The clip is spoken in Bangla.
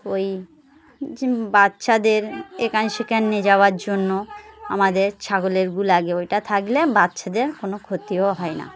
ওই যে বাচ্চাদের এখান সেখান নিয়ে যাওয়ার জন্য আমাদের ছাগলের গু লাগে ওটা থাকলে বাচ্চাদের কোনো ক্ষতিও হয় না